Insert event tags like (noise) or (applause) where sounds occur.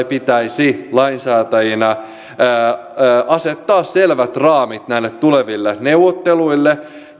(unintelligible) pitäisi lainsäätäjinä asettaa selvät raamit näille tuleville neuvotteluille